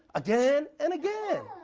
again and again.